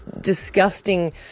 disgusting